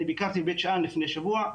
אני ביקרתי בבית שאן לפני שבוע.